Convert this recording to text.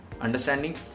understanding